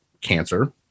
cancer